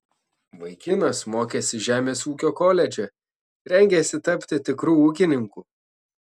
vaikinas mokėsi žemės ūkio koledže rengėsi tapti tikru ūkininku